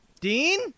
dean